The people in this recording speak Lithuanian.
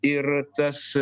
ir tas